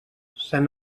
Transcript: sant